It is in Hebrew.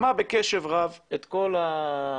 שמע בקשב רב את כל העמדות,